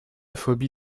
phobie